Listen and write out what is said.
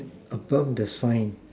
above the sign